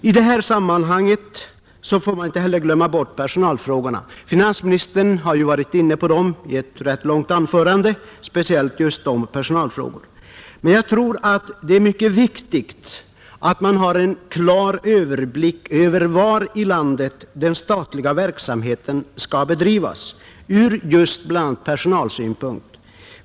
I detta sammanhang får man inte heller glömma bort personalfrågorna, Finansministern har ju speciellt varit inne på dem i ett rätt långt anförande, men jag tror det är mycket viktigt att man har en klar överblick över var i landet den statliga verksamheten skall bedrivas ur bl.a. personalsynpunkt.